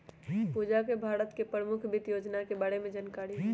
पूजा के भारत के परमुख वित योजना के बारे में जानकारी हई